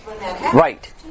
right